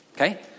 okay